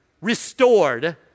restored